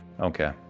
okay